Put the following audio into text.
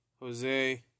Jose